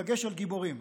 דגש על "גיבורים".